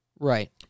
Right